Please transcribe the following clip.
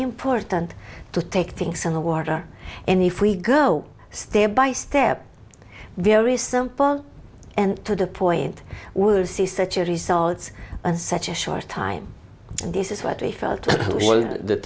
important to take things on the water and if we go step by step very simple and to the point the search results and such a short time and this is what we felt at the